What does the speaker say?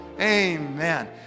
amen